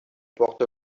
porte